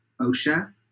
Osha